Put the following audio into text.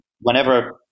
whenever